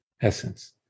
essence